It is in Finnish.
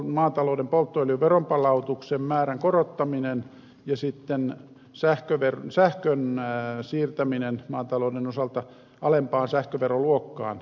maatalouden polttoöljyn veronpalautuksen määrän korottaminen ja sähkön siirtäminen maatalouden osalta alempaan sähköveroluokkaan